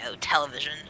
television